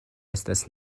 estas